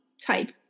type